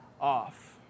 off